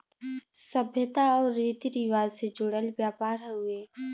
सभ्यता आउर रीती रिवाज से जुड़ल व्यापार हउवे